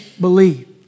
believe